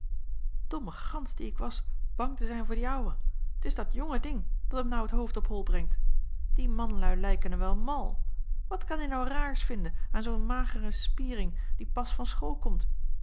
domme gans die ik was bang te zijn voor die ouwe t is dat jonge ding dat m nou t hoofd op hol brengt die manlui lijkenen wel mal wat kan ie nou raars vinden aan zoo'n magere spiering die pas van school komt